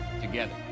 Together